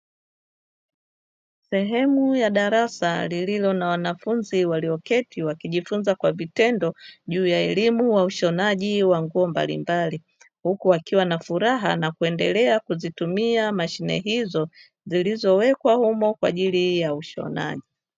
Sehemu ya darasa lililo na wanafunzi, walioketi wakijifunza kwa vitendo juu ya elimu ya ushonaji wa nguo mbalimbali, huku wakiwa na furaha na kuendelea kuzitumia mashine hizo, zilizowekwa humo kwa ajili ya ushonaji.